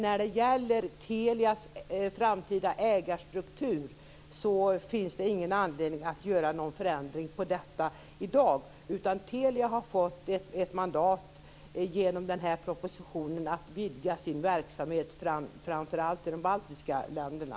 När det gäller Telias framtida ägarstruktur finns det ingen anledning att göra någon förändring i dag. Telia har genom denna proposition fått ett mandat att vidga sin verksamhet framför allt till de baltiska länderna.